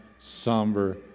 somber